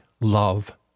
love